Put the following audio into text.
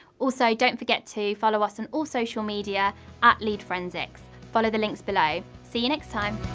also don't forget to follow us on all social media ah lead forensics follow the links below! see you next time.